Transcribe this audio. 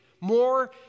More